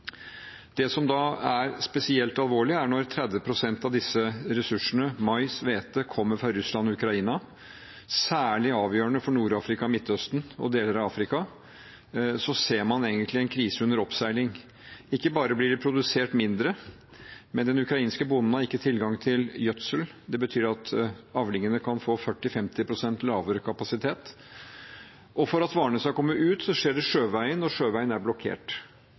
Det som er spesielt alvorlig, er når 30 pst. av ressursene, mais og hvete, kommer fra Russland og Ukraina. Det er særlig avgjørende for Nord-Afrika, Midtøsten og andre deler av Afrika – man ser egentlig en krise under oppseiling. Ikke bare blir det produsert mindre, men den ukrainske bonden har ikke tilgang til gjødsel. Det betyr at avlingene kan få 40–50 pst. lavere kapasitet. For at varene skal komme ut, skjer det sjøveien, og sjøveien er blokkert.